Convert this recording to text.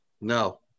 No